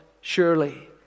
surely